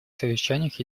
совещаниях